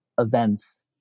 events